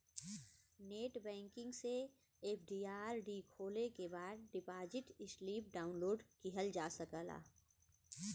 net banking से FD RD खोले के बाद डिपाजिट स्लिप डाउनलोड किहल जा सकला